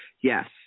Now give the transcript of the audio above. Yes